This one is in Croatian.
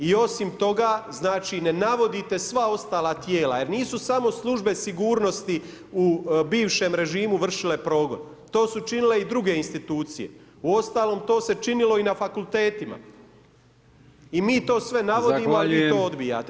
I osim toga, znači ne navodite sva ostala tijela jer nisu samo službe sigurnosti u bivšem režimu vršile progon, to su činile i druge institucije, uostalom to se činilo i na fakultetima i mi to sve navodimo, a vi to odbijate.